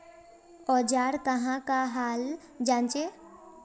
औजार कहाँ का हाल जांचें?